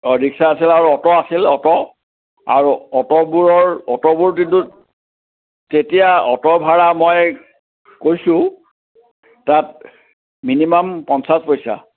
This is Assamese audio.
অঁ ৰিক্সা আছিল আৰু অট' আছিল অট' আৰু অট' অট'বোৰৰ অট'বোৰ কিন্তু তেতিয়া অট' ভাড়া মই কৈছোঁ তাত মিনিমাম পঞ্চাছ পইচা